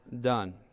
done